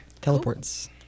Teleports